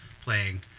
playing